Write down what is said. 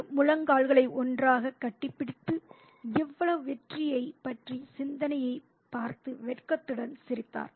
அவர் முழங்கால்களை ஒன்றாகக் கட்டிப்பிடித்து இவ்வளவு வெற்றியைப் பற்றிய சிந்தனையைப் பார்த்து வெட்கத்துடன் சிரித்தார்